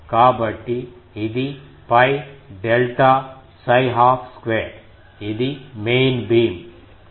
కాబట్టి ఇది 𝜋 డెల్టా 𝜓½ 2 ఇది మెయిన్ బీమ్ ఆక్రమించిన ఘన కోణం